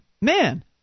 man